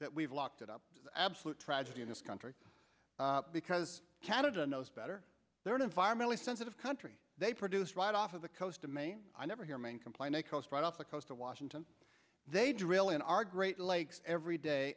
that we've locked it up absolute tragedy in this country because canada knows better they are an environmentally sensitive country they produce right off of the coast of maine i never hear me complain they close right off the coast of washington they drill in our great lakes every day